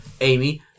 Amy